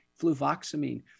fluvoxamine